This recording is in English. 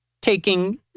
Taking